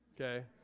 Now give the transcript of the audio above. Okay